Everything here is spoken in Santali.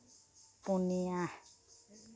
ᱯᱩᱱᱤᱭᱟ